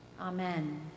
Amen